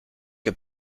que